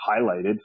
highlighted